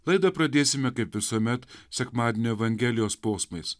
laidą pradėsime kaip visuomet sekmadienio evangelijos posmais